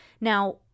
Now